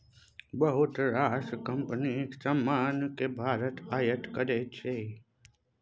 बहुत रास कंपनीक समान केँ भारत आयात करै छै